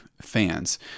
fans